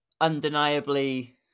undeniably